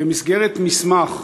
במסגרת מסמך,